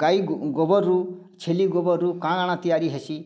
ଗାଈ ଗୋବର୍ରୁ ଛିଲି ଗୋବର୍ରୁ କାଣା ତିଆରି ହେସି